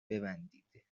ببندید